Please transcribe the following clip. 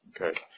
Okay